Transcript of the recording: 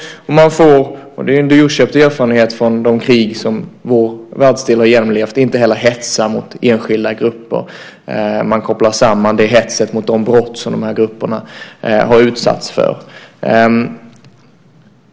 Man får - och det är en dyrköpt erfarenhet från de krig som vår världsdel har genomlevt - inte heller hetsa mot enskilda grupper. Man kopplar samman hetsen med de brott som de grupperna har utsatts för.